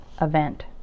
event